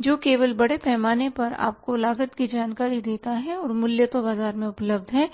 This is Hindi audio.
जो केवल बड़े पैमाने पर आपको लागत की जानकारी देता है और मूल्य तो बाजार से उपलब्ध है